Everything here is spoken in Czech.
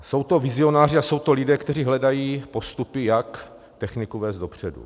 Jsou to vizionáři a jsou to lidé, kteří hledají postupy, jak techniku vést dopředu.